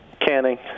Canning